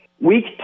Week